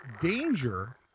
danger